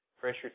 Pressure